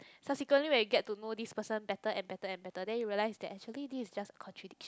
subsequently when you get to know this person better and better and better then you realise that actually this is just a contradiction